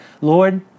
Lord